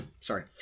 Sorry